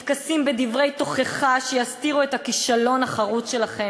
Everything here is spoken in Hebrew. מתכסים בדברי תוכחה שיסתירו את הכישלון החרוץ שלכם.